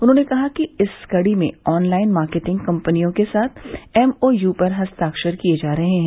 उन्होंने कहा कि इस कड़ी में ऑन लाइन मार्केटिंग कम्पनियों के साथ एम ओ यू पर हस्ताक्षर किये जा रहे हैं